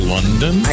London